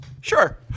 Sure